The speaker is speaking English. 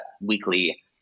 weekly